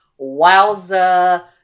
wowza